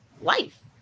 life